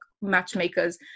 matchmakers